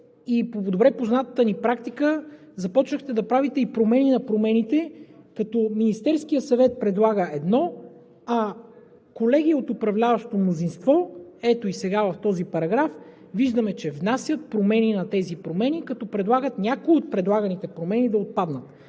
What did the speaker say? и по добре познатата ни практика започнахте да правите и промени на промените, като Министерският съвет предлага едно, а колеги от управляващото мнозинство, ето и сега в този параграф, виждаме, че внасят промени на тези промени като предлагат някои от предлаганите промени да отпаднат,